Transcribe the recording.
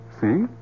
See